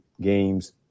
games